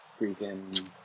freaking